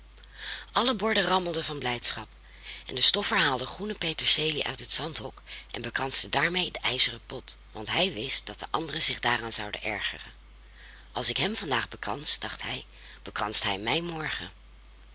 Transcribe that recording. alle borden rammelden van blijdschap en de stoffer haalde groene peterselie uit het zandhok en bekranste daarmee den ijzeren pot want hij wist dat de anderen zich daaraan zouden ergeren als ik hem vandaag bekrans dacht hij dan bekranst hij mij morgen